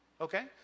okay